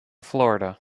florida